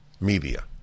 media